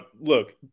Look